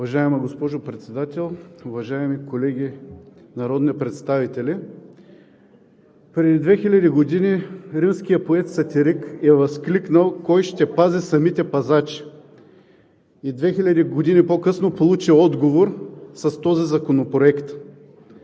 Уважаема госпожо Председател, уважаеми колеги народни представители! Преди 2000 години римският поет-сатирик е възкликнал: „Кой ще пази самите пазачи?“, а 2000 години по-късно е получил отговор с този законопроект.